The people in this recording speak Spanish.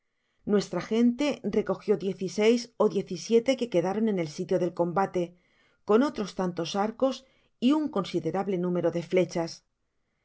nuestra gente recogió diez y seis ó diez y siete que quedaron en el sitio del combate con otros tantos arcos y un considerable número de flechas